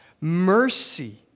mercy